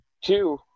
two